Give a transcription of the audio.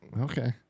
Okay